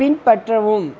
பின்பற்றவும்